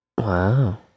Wow